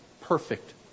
perfect